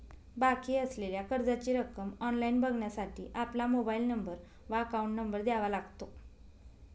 बाकी असलेल्या कर्जाची रक्कम ऑनलाइन बघण्यासाठी आपला मोबाइल नंबर व अकाउंट नंबर द्यावा लागतो